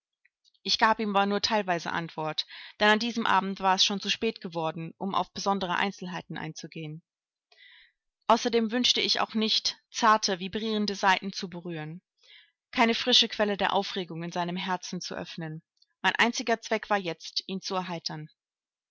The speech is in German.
ich gab ihm aber nur teilweise antwort denn an diesem abend war es schon zu spät geworden um auf besondere einzelheiten einzugehen außerdem wünschte ich auch nicht zarte vibrierende saiten zu berühren keine frische quelle der aufregung in seinem herzen zu öffnen mein einziger zweck war jetzt ihn zu erheitern